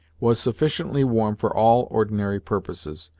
was sufficiently warm for all ordinary purposes,